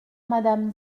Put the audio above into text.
madame